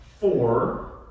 four